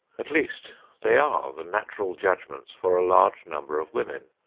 at least they are the natural judgments for a large number of women,